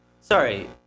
Sorry